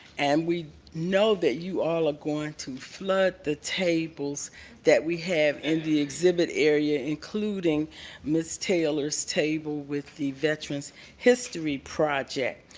and we know that you all are going to flood the tables that we have in the exhibit area including ms. taylor's table with the veterans history project.